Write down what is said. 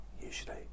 usually